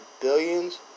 billions